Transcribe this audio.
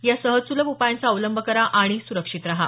या सहज सुलभ उपायांचा अवलंब करा आणि सुरक्षित रहा